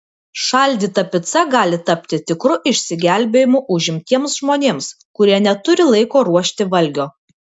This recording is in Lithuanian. šaldyta pica gali tapti tikru išsigelbėjimu užimtiems žmonėms kurie neturi laiko ruošti valgio